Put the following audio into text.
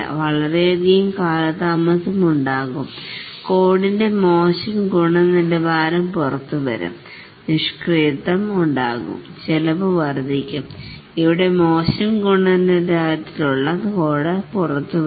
വളരെയധികം കാലതാമസം ഉണ്ടാകും കോഡിന്റെ മോശം ഗുണനിലവാരം പുറത്തുവരും നിഷ്ക്രിയത്വം ഉണ്ടാകും ചെലവ് വർദ്ധിക്കും ഇവിടെ മോശം ഗുണനിലവാരമുള്ള കോഡ് പുറത്തുവരും